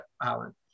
Island